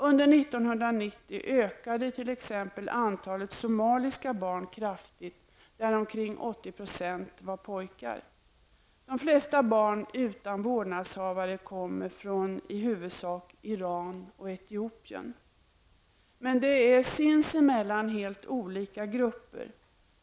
Under 1990 ökade t.ex. antalet somaliska barn kraftigt. Omkring 80 % av dem var pojkar. De flesta barn utan vårdnadshavare kommer från i huvudsak Iran och Etiopien. Det är dock sinsemellan helt olika grupper.